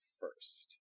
first